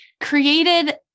Created